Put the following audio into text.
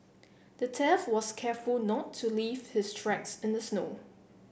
the thief was careful not to leave his tracks in the snow